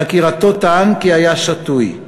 בחקירתו טען כי היה שתוי,